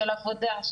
של עבודה,